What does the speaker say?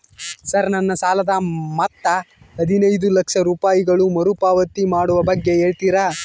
Sir ನನ್ನ ಸಾಲದ ಮೊತ್ತ ಹದಿನೈದು ಲಕ್ಷ ರೂಪಾಯಿಗಳು ಮರುಪಾವತಿ ಮಾಡುವ ಬಗ್ಗೆ ಹೇಳ್ತೇರಾ?